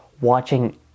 watching